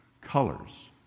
colors